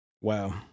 Wow